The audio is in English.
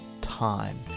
time